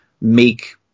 make –